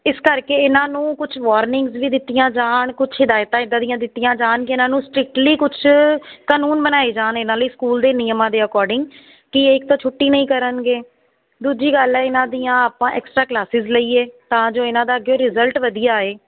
ਇਸ ਕਰਕੇ ਇਹਨਾਂ ਨੂੰ ਕੁਝ ਵਾਰਨਿੰਗਸ ਵੀ ਦਿੱਤੀਆਂ ਜਾਣ ਕੁਝ ਹਿਦਾਇਤਾਂ ਇੱਦਾਂ ਦੀਆਂ ਦਿੱਤੀਆਂ ਜਾਣ ਕਿ ਇਹਨਾਂ ਨੂੰ ਸਟ੍ਰਿਕਟਲੀ ਕੁਝ ਕਾਨੂੰਨ ਬਣਾਏ ਜਾਣ ਇਹਨਾਂ ਲਈ ਸਕੂਲ ਦੇ ਨਿਯਮਾਂ ਦੇ ਅਕੋਰਡਿੰਗ ਕਿ ਇੱਕ ਤਾਂ ਛੁੱਟੀ ਨਹੀਂ ਕਰਨਗੇ ਦੂਜੀ ਗੱਲ ਹੈ ਇਹਨਾਂ ਦੀਆਂ ਆਪਾਂ ਐਕਸਟਰਾ ਕਲਾਸਿਸ ਲਈਏ ਤਾਂ ਜੋ ਇਹਨਾਂ ਦਾ ਅੱਗੇ ਰਿਜ਼ਲਟ ਵਧੀਆ ਆਏ